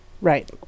Right